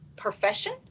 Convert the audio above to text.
profession